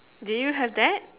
do you have that